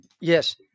Yes